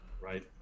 Right